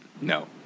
No